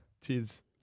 Cheers